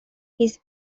his